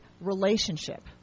relationship